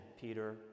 Peter